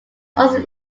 also